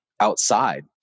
outside